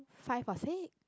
five or six